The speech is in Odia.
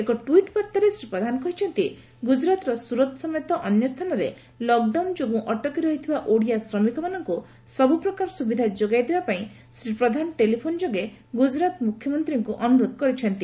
ଏକ ଟୁଇଟ୍ ବାର୍ତ୍ତାରେ ଶ୍ରୀ ପ୍ରଧାନ କହିଛନ୍ତି ଗୁଜରାଟର ସୁରତ ସମେତ ଅନ୍ୟ ସ୍ଥାନରେ ଲକ୍ ଡାଉନ ଯୋଗୁଁ ଅଟକି ରହିଥିବା ଓଡିଆ ଶ୍ରମିକମାନଙ୍କୁ ସବୁ ପ୍ରକାର ସୁବିଧା ଯୋଗାଇ ଦେବା ପାଇଁ ଶ୍ରୀ ପ୍ରଧାନ ଟେଲିଫୋନ ଯୋଗେ ଗୁଜରାଟ ମୁଖ୍ୟମନ୍ତୀଙ୍କୁ ଅନୁରୋଧ କରିଛନ୍ତି